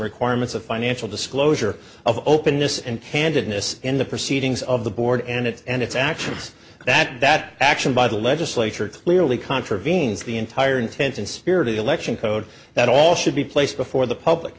requirements of financial disclosure of openness and handedness in the proceedings of the board and it and its actions that that action by the legislature clearly contravenes the entire intent and spirit of election code that all should be placed before the public